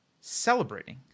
celebrating